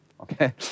okay